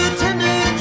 tender